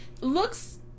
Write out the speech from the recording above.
looks